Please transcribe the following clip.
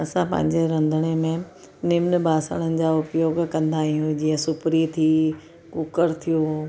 असां पंहिंजे रंधिणे में निम्न बासणनि जा उपयोग कंदा आहियूं जीअं सुपिरी थी कूकर थियो